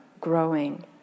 growing